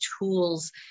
tools